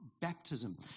baptism